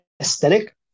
aesthetic